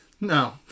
No